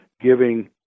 giving